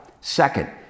Second